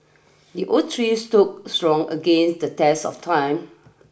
the oak tree stood strong against the test of time